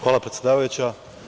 Hvala, predsedavajuća.